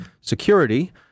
security